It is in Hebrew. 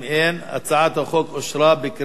הצעת החוק אושרה בקריאה שנייה.